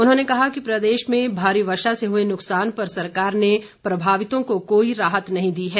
उन्होंने कहा कि प्रदेश में भारी वर्षा से हुए नुकसान पर सरकार ने प्रभावितों को कोई राहत नही दी है